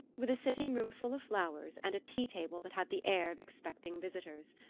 with a sitting-room full of flowers and a tea-table that had the air of expecting visitors.